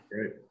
great